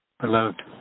Beloved